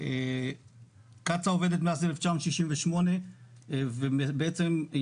קצא"א עובדת מאז 1968. היא